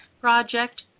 Project